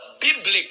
biblical